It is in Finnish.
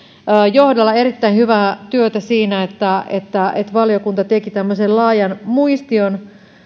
johdolla erittäin hyvää työtä siinä että että valiokunta teki tämmöisen laajan muistion